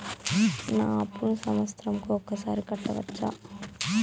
నా అప్పును సంవత్సరంకు ఒకసారి కట్టవచ్చా?